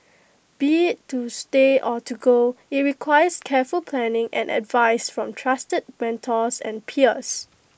be IT to stay or to go IT requires careful planning and advice from trusted mentors and peers